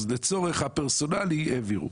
אז לצורך הפרסונלי העבירו.